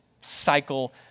cycle